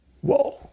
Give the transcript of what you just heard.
whoa